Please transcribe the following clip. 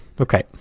Okay